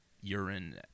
urine